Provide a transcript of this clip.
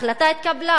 ההחלטה התקבלה,